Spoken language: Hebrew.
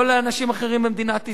לא לאנשים אחרים במדינת ישראל: